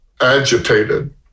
agitated